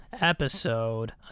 episode